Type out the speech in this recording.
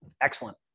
Excellent